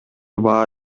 баа